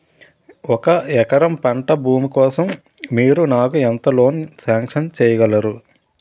ఒక ఎకరం పంట భూమి కోసం మీరు నాకు ఎంత లోన్ సాంక్షన్ చేయగలరు?